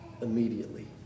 Immediately